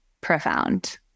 profound